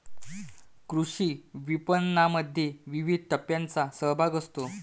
कृषी विपणनामध्ये विविध टप्प्यांचा सहभाग असतो